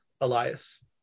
Elias